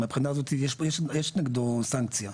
מהבחינה הזאתי, יש נגדו סנקציה.